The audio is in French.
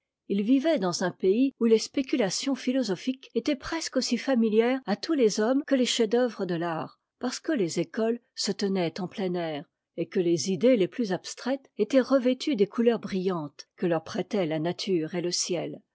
h vivait dans un pays où les spéculations philosophiques étaient presque aussi familières à tous les hommes que les chefs-d'oeuvre de l'art parce que les écoles se tenaient en plein air et que les idées les plus abstraites étaient revêtues des couleurs brillantes que leur prêtaient la nature et le ciel